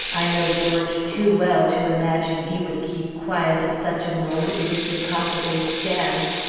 i know george too well to imagine he would keep quiet at such a moment, if he could possibly stand!